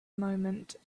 moment